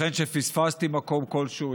ייתכן שפספסתי מקום כלשהו,